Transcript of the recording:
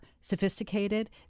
sophisticated